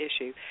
issue